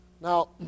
Now